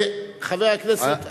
חבר הכנסת עפו אגבאריה.